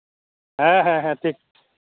ᱦᱮᱸ ᱦᱮᱸ ᱴᱷᱤᱠ